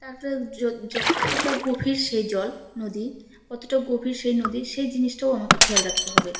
তারপরে কতটা গভীর সেই জল নদী কতটা গভীর সেই নদী সেই জিনিসটাও আমাকে খেয়াল রাখতে হবে